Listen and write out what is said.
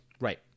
Right